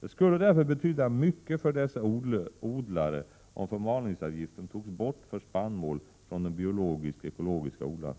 Det skulle därför betyda mycket för dessa odlare om förmalningsavgiften för spannmål slopades för de biologisk-ekologiska odlarna.